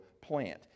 plant